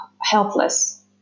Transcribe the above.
helpless